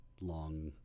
long